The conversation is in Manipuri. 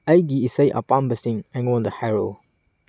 ꯑꯩꯒꯤ ꯏꯁꯩ ꯑꯄꯥꯝꯕꯁꯤꯡ ꯑꯩꯉꯣꯟꯗ ꯍꯥꯏꯔꯛꯎ